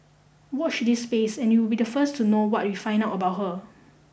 watch this space and you'll be the first to know what we find out about her